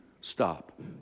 stop